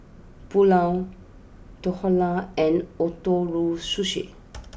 Pulao Dhokla and Ootoro Sushi